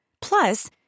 Plus